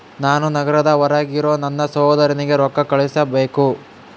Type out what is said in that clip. ನಾನು ನಗರದ ಹೊರಗಿರೋ ನನ್ನ ಸಹೋದರನಿಗೆ ರೊಕ್ಕ ಕಳುಹಿಸಬೇಕು